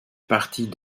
partie